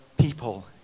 people